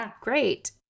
great